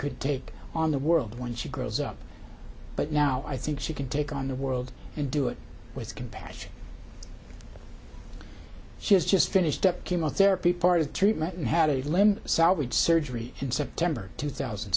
could take on the world when she grows up but now i think she can take on the world and do it with compassion she has just finished up chemotherapy part of the treatment and had a limb salvage surgery in september two thousand